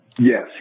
Yes